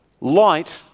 light